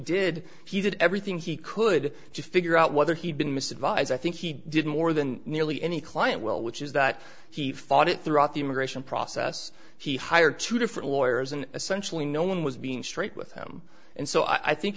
did he did everything he could to figure out whether he'd been missing vies i think he didn't more than nearly any client well which is that he fought it throughout the immigration process he hired two different lawyers and essentially no one was being straight with him and so i think